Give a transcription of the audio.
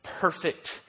perfect